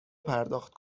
پرداخت